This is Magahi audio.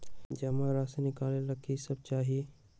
जमा राशि नकालेला कि सब चाहि?